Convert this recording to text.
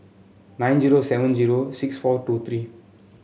nine zero seven zero six four two three